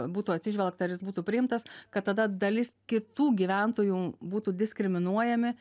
būtų atsižvelgta ir jis būtų priimtas kad tada dalis kitų gyventojų būtų diskriminuojami